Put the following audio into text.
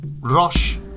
Rosh